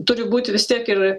turi būti vis tiek ir